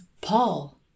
Paul